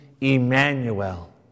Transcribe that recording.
Emmanuel